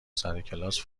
سرکلاس